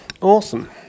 Awesome